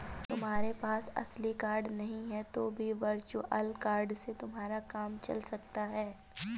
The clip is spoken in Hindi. तुम्हारे पास असली कार्ड नहीं है तो भी वर्चुअल कार्ड से तुम्हारा काम चल सकता है